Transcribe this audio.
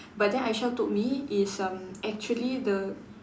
but then Aishah told me it's um actually the